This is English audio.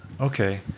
Okay